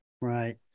Right